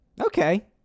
Okay